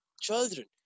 children